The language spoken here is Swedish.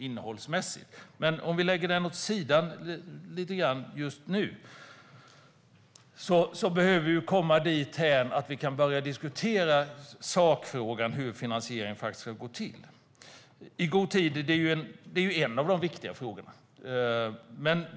Men vi behöver lägga den åt sidan just nu för att komma dithän att vi kan börja diskutera frågan om hur finansiering faktiskt ska gå till. En av de viktiga frågorna är det här med att en utredning bör tillsättas i god tid.